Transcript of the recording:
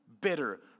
bitter